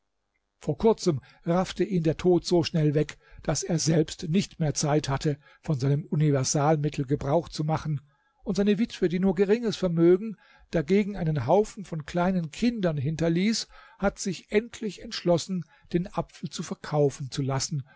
vor kurzem raffte ihn der tod so schnell weg daß er selbst nicht mehr zeit hatte von seinem universalmittel gebrauch zu machen und seine witwe die nur ein geringes vermögen dagegen einen haufen von kleinen kindern hinterließ hat sich endlich entschlossen den apfel verkaufen zu lassen